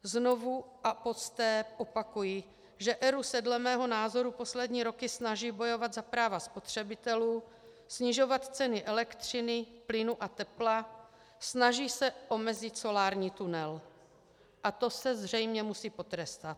Znovu a po sté opakuji, že ERÚ se dle mého názoru poslední roky snaží bojovat za práva spotřebitelů, snižovat ceny elektřiny, plynu a tepla, snaží se omezit solární tunel, a to se zřejmě musí potrestat.